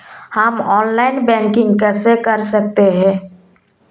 हम online banking कैसे कर सकते हैं?